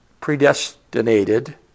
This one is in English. predestinated